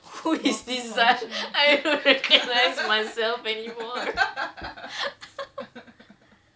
help what what who is fizan